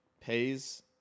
Pays